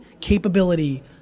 capability